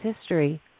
history